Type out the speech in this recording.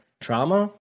trauma